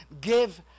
give